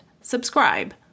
Subscribe